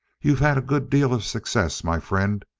you've had a good deal of success, my friend.